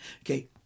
Okay